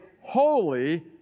holy